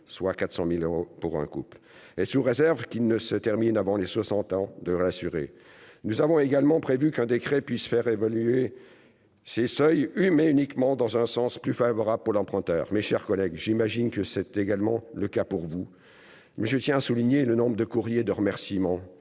soit 400000 euros pour un couple, et sous réserve qu'il ne se termine avant les 60 ans de rassurer, nous avons également prévu qu'un décret puisse faire évoluer ces seuils, oui, mais uniquement dans un sens plus favorable pour l'emprunteur, mes chers collègues, j'imagine que c'est également le cas pour vous mais je tiens à souligner le nombre de courriers de remerciement,